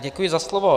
Děkuji za slovo.